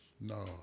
No